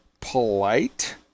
polite